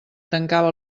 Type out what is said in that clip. tancava